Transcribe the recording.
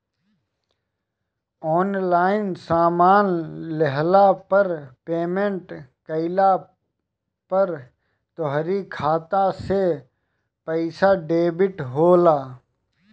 online सामान लेहला पअ पेमेंट कइला पअ तोहरी खाता से पईसा डेबिट होला